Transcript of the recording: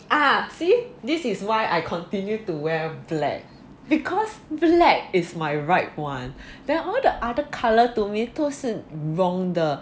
ah see this is why I continue to wear black because black is my right [one] then all the other colour to me 都是 wrong 的